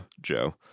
Joe